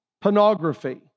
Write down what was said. pornography